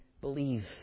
believe